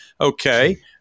Okay